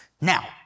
now